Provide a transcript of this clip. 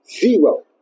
zero